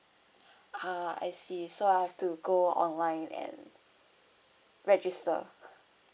ah I see so I have to go online and register